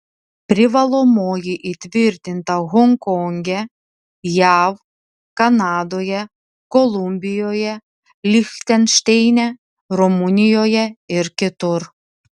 privalomoji įtvirtinta honkonge jav kanadoje kolumbijoje lichtenšteine rumunijoje ir kitur